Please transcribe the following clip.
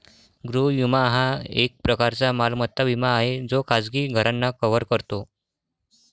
गृह विमा हा एक प्रकारचा मालमत्ता विमा आहे जो खाजगी घरांना कव्हर करतो